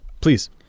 please